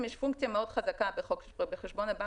יש פונקציה מאוד חזקה בחשבון הבנק,